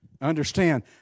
Understand